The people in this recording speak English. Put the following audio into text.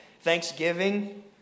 Thanksgiving